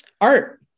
art